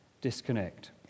disconnect